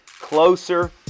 closer